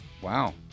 Wow